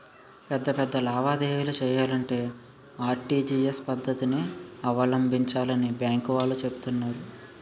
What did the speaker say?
పెద్ద పెద్ద లావాదేవీలు చెయ్యాలంటే ఆర్.టి.జి.ఎస్ పద్దతినే అవలంబించాలని బాంకు వాళ్ళు చెబుతున్నారు